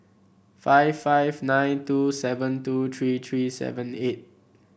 five five nine two seven two three three seven eight